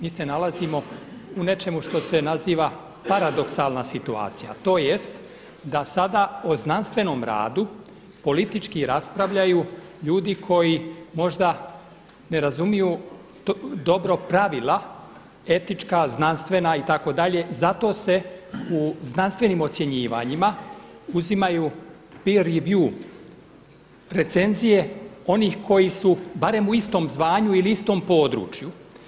Mi se nalazimo u nečemu što se naziva paradoksalna situacija tj. da sada o znanstvenom radu politički raspravljaju ljudi koji možda ne razumiju dobro pravila etička, znanstvena itd. zato se u znanstvenim ocjenjivanjima uzimaju … recenzije onih koji su barem u istom zvanju ili u istom području.